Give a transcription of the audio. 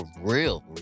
real